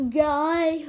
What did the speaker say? guy